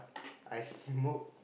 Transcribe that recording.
I smoke